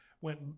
went